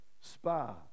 spa